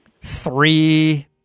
three